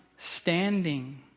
standing